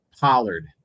Pollard